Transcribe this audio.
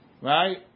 right